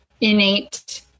innate